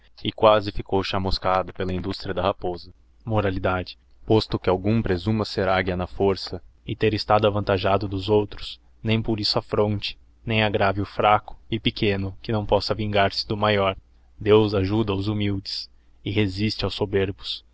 e quasi ficou chamoscada pela industria da raposa posto que algum presuma ser águia na força e ter estado avantajado dos outros nem por isso aítronte nem aggraveofraco e pequeno que não possa vingar-se do maior deos ajuda os immildes e resiste aos soberbos